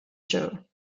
joe